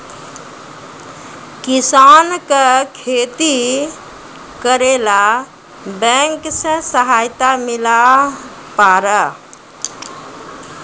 किसान का खेती करेला बैंक से सहायता मिला पारा?